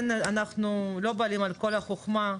אנחנו עדיין לא בעלים על כל החוכמה,